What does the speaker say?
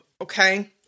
okay